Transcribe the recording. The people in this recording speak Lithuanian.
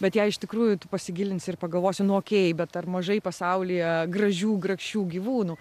bet jei iš tikrųjų tu pasigilinsi ir pagalvosi nu okei bet ar mažai pasaulyje gražių grakščių gyvūnų